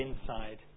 inside